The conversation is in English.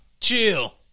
Chill